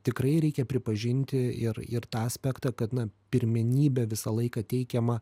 tikrai reikia pripažinti ir ir tą aspektą kad na pirmenybė visą laiką teikiama